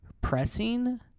pressing